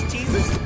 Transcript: Jesus